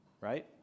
right